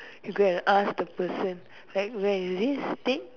you go and ask the person like where is this thing